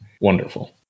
Wonderful